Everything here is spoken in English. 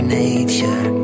nature